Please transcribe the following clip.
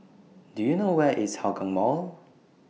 Do YOU know Where IS Hougang Mall